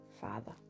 father